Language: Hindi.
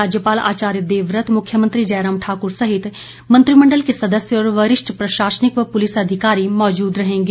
राज्यपाल आचार्य देवव्रत मुख्यमंत्री जयराम ठाकुर सहित मंत्रिमंडल के सदस्य और वरिष्ठ प्रशासनिक व पुलिस अधिकारी भी मौजूद रहेंगे